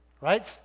right